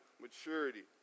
maturity